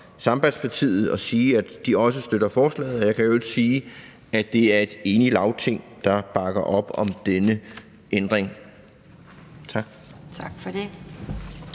og sige, at de også støtter forslaget, og jeg kan i øvrigt sige, at det er et enigt Lagting, der bakker op om denne ændring. Tak.